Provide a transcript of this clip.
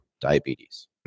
diabetes